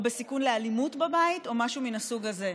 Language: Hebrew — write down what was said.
או בסיכון לאלימות בבית או משהו מן הסוג הזה.